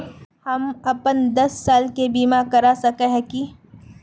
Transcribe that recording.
हम अपन दस साल के बीमा करा सके है की?